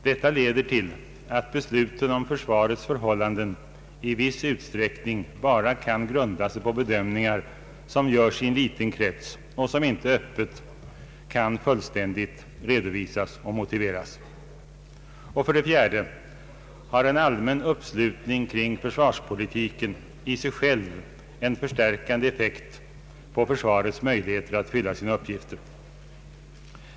Detta leder till att besluten om försvarets förhållanden i viss utsträckning bara kan grunda sig på bedömningar som görs i en liten krets och som inte öppet kan fullständigt redovisas och motiveras. För det fjärde har en allmän uppslutning kring försvarspolitiken i sig själv en förstärkande effekt på försvarets möjligheter att fylla sina uppgifter.